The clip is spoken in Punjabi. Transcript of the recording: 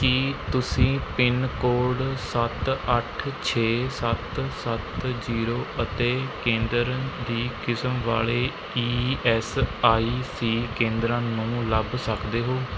ਕੀ ਤੁਸੀਂ ਪਿੰਨ ਕੋਡ ਸੱਤ ਅੱਠ ਛੇ ਸੱਤ ਸੱਤ ਜੀਰੋ ਅਤੇ ਕੇਂਦਰ ਦੀ ਕਿਸਮ ਵਾਲੇ ਈ ਐੱਸ ਆਈ ਸੀ ਕੇਂਦਰਾਂ ਨੂੰ ਲੱਭ ਸਕਦੇ ਹੋ